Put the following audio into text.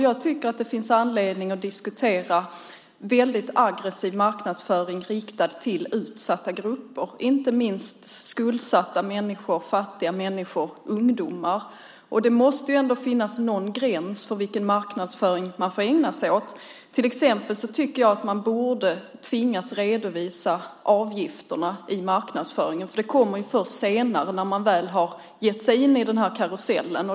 Jag tycker att det finns anledning att diskutera väldigt aggressiv marknadsföring riktad till utsatta grupper, inte minst skuldsatta och fattiga människor och ungdomar. Det måste ändå finnas någon gräns för vilken marknadsföring man får ägna sig åt. Till exempel tycker jag att företagen borde tvingas redovisa avgifterna i marknadsföringen, för det kommer först senare när man väl har gett sig in i karusellen.